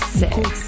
six